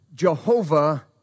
Jehovah